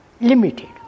limited